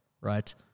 right